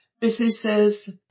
businesses